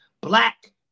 black